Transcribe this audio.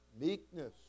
Meekness